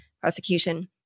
prosecution